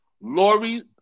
Lori